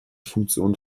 funktion